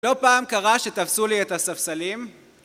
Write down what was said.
לא פעם קרה שתפסו לי את הספסלים,